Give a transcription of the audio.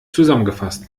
zusammengefasst